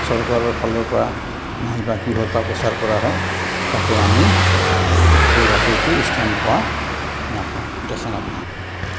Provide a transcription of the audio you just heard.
চৰকাৰৰ ফালৰ পৰা নাহে বা প্ৰচাৰ কৰা হয় তাতে আমি সেই বাতৰিটো স্থান পোৱা নাপাওঁ দেখা নাপাওঁ